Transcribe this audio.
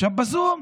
עכשיו בזום.